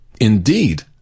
indeed